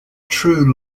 true